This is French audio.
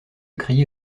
crier